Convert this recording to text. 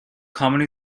commonly